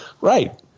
right